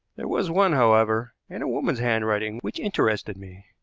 there was one, however, in a woman's handwriting which interested me.